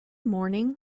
morning